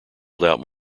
spelled